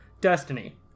destiny